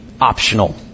optional